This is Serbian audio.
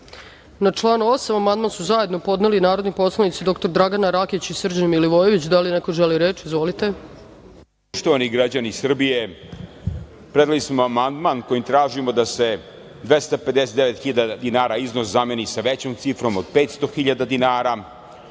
član 8. amandman su zajedno podneli narodni poslanici dr Dragana Rakić i Srđan Milivojević. Da li neko želi reč? Izvolite. **Srđan Milivojević** Poštovani građani Srbije, predali smo amandman kojim tražimo da se 250.000 dinara iznos zameni sa većom cifrom, od 500.000 dinara. Moram